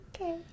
Okay